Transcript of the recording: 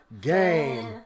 game